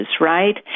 right